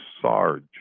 Sarge